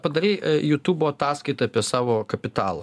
padarei jutubo ataskaitą apie savo kapitalą